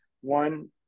One